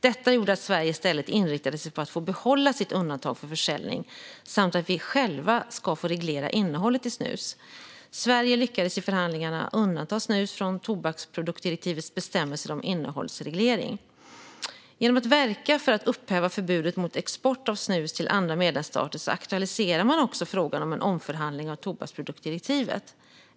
Detta gjorde att Sverige i stället inriktade sig på att få behålla sitt undantag för försäljning samt att vi själva ska få reglera innehållet i snus. Sverige lyckades i förhandlingarna undanta snus från tobaksproduktdirektivets bestämmelser om innehållsreglering. Genom att verka för att upphäva förbudet mot export av snus till andra medlemsstater aktualiserar man också frågan om en omförhandling av tobaksproduktdirektivet.